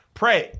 pray